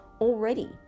already